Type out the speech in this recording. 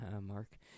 Mark